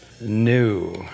New